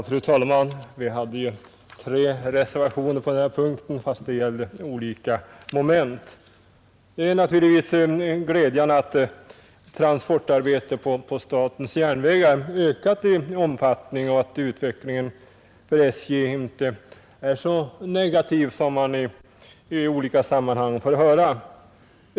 Fru talman! Det finns tre reservationer på den här punkten, avseende olika moment i utskottets hemställan. Det är naturligtvis glädjande att statens järnvägars godstrafik ökat i omfattning och att utvecklingen för SJ inte är så negativ som man i olika sammanhang får höra.